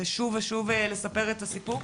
שוב ושוב לספר את הסיפור.